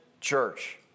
church